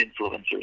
influencers